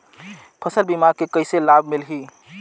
फसल बीमा के कइसे लाभ मिलही?